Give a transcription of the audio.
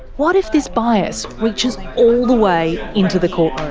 what if this bias reaches all the way into the courtroom?